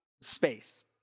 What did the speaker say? space